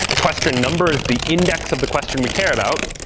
question number is the index of the question we care about.